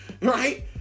right